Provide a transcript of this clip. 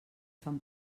fan